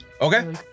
Okay